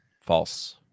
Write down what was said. false